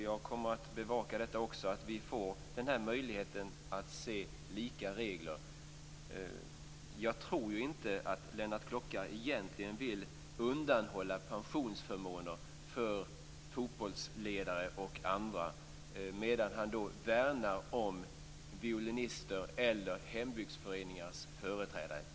Jag kommer också att bevaka att vi får den här möjligheten att se lika regler på det här området. Jag tror inte att Lennart Klockare egentligen vill undanhålla pensionsförmåner för fotbollsledare och andra, medan han värnar om violinister eller företrädare för hembygdsföreningar.